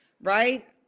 right